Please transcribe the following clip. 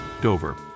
Dover